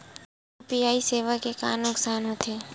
UPI सेवाएं के का नुकसान हो थे?